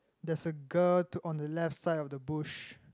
there's a girl on the left side of the bush